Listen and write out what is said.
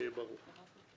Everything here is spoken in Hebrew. שיהיה ברור.